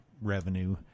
revenue